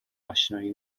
آشنایی